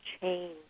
change